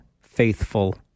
faithful